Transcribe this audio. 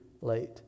late